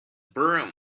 broom